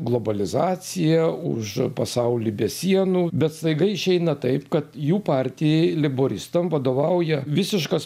globalizaciją už pasaulį be sienų bet staiga išeina taip kad jų partijai leiboristam vadovauja visiškas